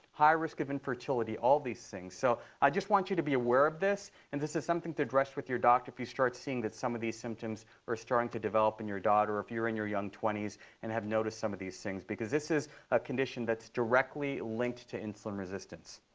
high risk of infertility, all these things. so i just want you to be aware of this. and this is something to address with your doctor if you start seeing that some of these symptoms are starting to develop in your daughter, or, if you're in your young twenty s and have noticed some of these things because this is a condition that's directly linked to insulin resistance.